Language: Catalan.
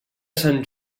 sant